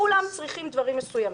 כולן צריכות דברים מסוימים.